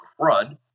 crud